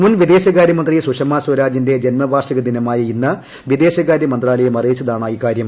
മുൻ വിദേശകാര്യമന്ത്രി സുഷമ സ്വരാജിന്റെ ജന്മവാർഷിക ദിനമായ ഇന്ന് വിദേശകാര്യ മന്ത്രാലയം അറിയിച്ചതാണ് ഇക്കാര്യം